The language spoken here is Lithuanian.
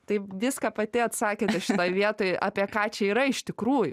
tai viską pati atsakėte šitoj vietoj apie ką čia yra iš tikrųjų